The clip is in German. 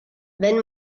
wenn